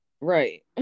right